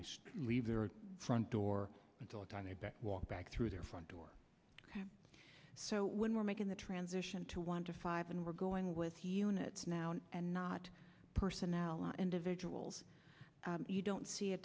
they leave their front door until the time they bet walk back through their front door so when we're making the transition to want to five and we're going with units now and not personnel and vigils you don't see a